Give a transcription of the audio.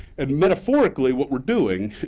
and metaphorically what we're doing,